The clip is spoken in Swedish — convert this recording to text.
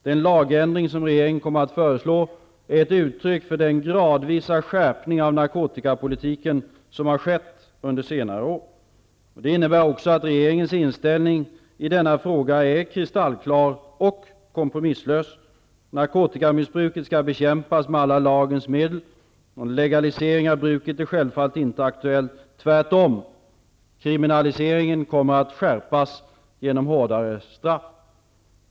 Den lagändring som regeringen kommer att föreslå är ett uttryck för den gradvisa skärpning av narkotikapolitiken som har skett under senare år. Det innebär också att regeringens inställning i denna fråga är kristallklar och kompromisslös. Narkotikamissbruket skall bekämpas med alla lagens medel. Någon legalisering av bruket är självfallet inte aktuell. Kriminaliseringen kommer tvärtom att skärpas genom hårdare straff.